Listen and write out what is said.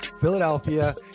Philadelphia